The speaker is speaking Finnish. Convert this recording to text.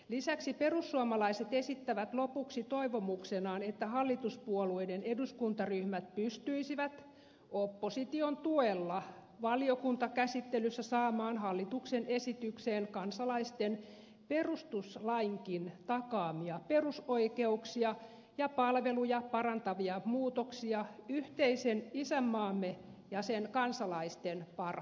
lisäksi perussuomalaiset esittävät lopuksi toivomuksenaan että hallituspuolueiden eduskuntaryhmät pystyisivät opposition tuella valiokuntakäsittelyssä saamaan hallituksen esitykseen kansalaisten perustuslainkin takaamia perusoikeuksia ja palveluja parantavia muutoksia yhteisen isänmaamme ja sen kansalaisten parhaaksi